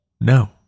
No